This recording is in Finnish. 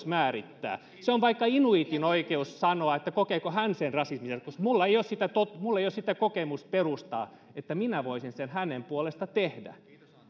määrittää se on vaikka inuiitin oikeus sanoa kokeeko hän sen rasistisena koska minulla ei ole sitä kokemusperustaa että minä voisin sen hänen puolestaan tehdä